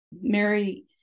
Mary